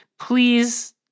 please